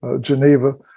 Geneva